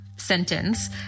sentence